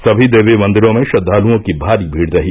समी देवी मंदिरों में श्रद्वालुओं की भारी भीड़ रही